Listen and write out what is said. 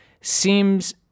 seems